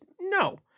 No